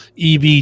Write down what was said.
EV